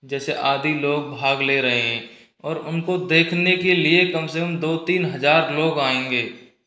जैसे आदि लोग भाग ले रहे हैं और उनको देखने के लिए कम से कम दो तीन हज़ार लोग आएंगे